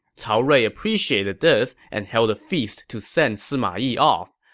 cao rui appreciated this and held a feast to send sima yi off.